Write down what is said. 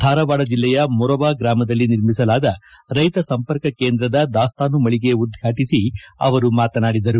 ಧಾರವಾಡ ಜಿಲ್ಲೆಯ ಮೊರೊಬ ಗ್ರಾಮದಲ್ಲಿ ನಿರ್ಮಿಸಲಾದ ರೈತ ಸಂಪರ್ಕ ಕೇಂದ್ರ ದಾಸ್ತಾನು ಮಳಿಗೆ ಉದ್ಘಾಟಿಸಿ ಅವರು ಮಾತನಾಡಿದರು